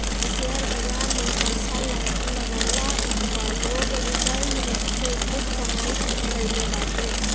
share बाजार में पईसा लगवला पअ लोग रिटर्न से खूब कमाई कईले बाटे